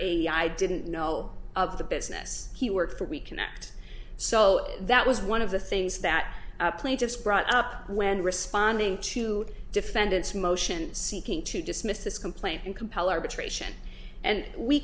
a i didn't know of the business he worked for reconnect so that was one of the things that played it's brought up when responding to defendants motion seeking to dismiss this complaint and compel arbitration and we